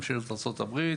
ממשלת ארצות הברית